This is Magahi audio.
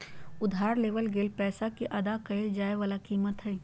उधार लेवल गेल पैसा के अदा कइल जाय वला कीमत हइ